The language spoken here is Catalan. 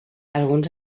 alguns